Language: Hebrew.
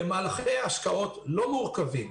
במהלכי השקעות לא מורכבים